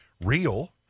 real